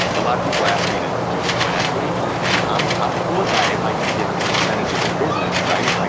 a lot of people ask me to do sweat equity and i'm um cool with that if i can get a percentage of the business, right? like